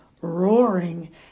roaring